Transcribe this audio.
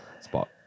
spot